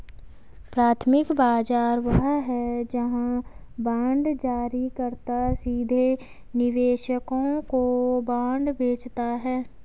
प्राथमिक बाजार वह है जहां बांड जारीकर्ता सीधे निवेशकों को बांड बेचता है